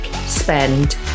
spend